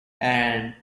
and